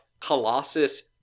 Colossus